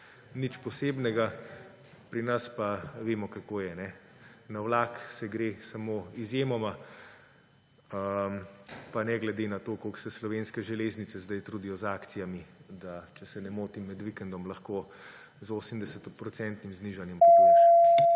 nič posebnega, pri nas pa vemo, kako je. Na vlak se gre samo izjemoma, pa ne glede na to, kako se Slovenske železnice sedaj trudijo z akcijami, da če se ne motim med vikendom lahko z 80-procentnim znižanjem